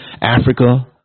Africa